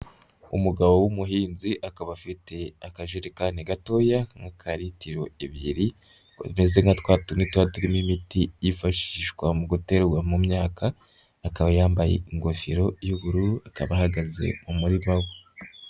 Umugabo w'umuhinzi akaba afite akajerikani gatoya nk'aka litiro ebyiri, bimeze nka twa tundi tuba turimo imiti yifashishwa mu guterurwa mu myaka, akaba yambaye ingofero y'ubururu, akaba ahagaze mu murima we.